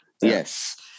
Yes